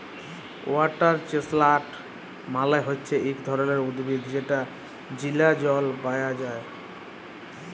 water chestnut মালে হচ্যে ইক ধরণের উদ্ভিদ যেটা চীলা জল পায়া যায়